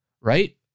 right